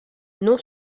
non